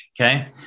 Okay